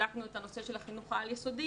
בדקנו את הנושא של החינוך העל-יסודי,